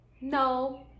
No